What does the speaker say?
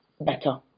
better